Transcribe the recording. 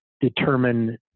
determine